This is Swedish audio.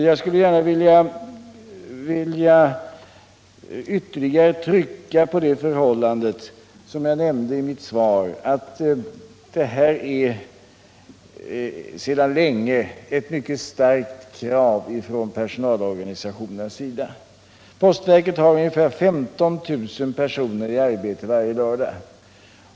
Jag skulle gärna vilja ytterligare trycka på det förhållandet som jag nämnde i mitt svar, att det här sedan länge är ett mycket starkt krav från personalorganisationernas sida. Postverket har ungefär 15 000 personer i arbete varje lördag.